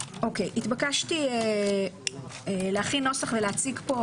נתבקשתי להכין נוסח ולהציג פה